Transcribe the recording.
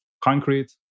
concrete